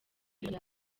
umuntu